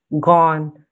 gone